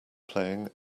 playing